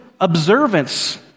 observance